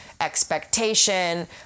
expectation